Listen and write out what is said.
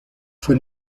fue